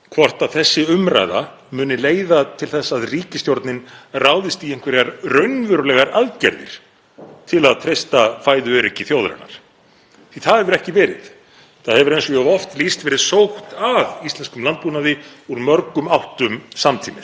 að það hefur ekki verið. Það hefur, eins og ég hef oft lýst, verið sótt að íslenskum landbúnaði úr mörgum áttum samtímis. Það sem þarf, ef okkur er alvara með að tryggja fæðuöryggi á Íslandi, er aukinn stuðningur við íslenskan landbúnað